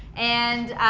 and,